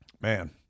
Man